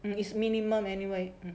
and it's minimum anyway